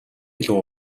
илүү